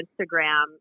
Instagram